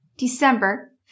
December